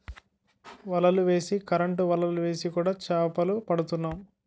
వలలు వేసి కరెంటు వలలు వేసి కూడా చేపలు పడుతున్నాం